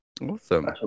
awesome